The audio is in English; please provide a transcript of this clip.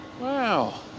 wow